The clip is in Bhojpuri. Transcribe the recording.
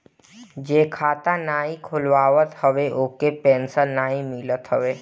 जे खाता नाइ खोलवावत हवे ओके पेंशन नाइ मिलत हवे